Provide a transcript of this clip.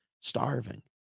starving